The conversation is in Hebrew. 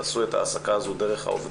תעשו את ההעסקה הזו דרך העובדים.